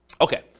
okay